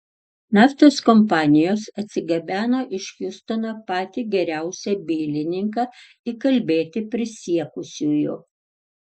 naftos kompanijos atsigabeno iš hjustono patį geriausią bylininką įkalbėti prisiekusiųjų